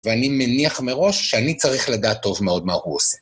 ואני מניח מראש שאני צריך לדעת טוב מאוד מה הוא עושה.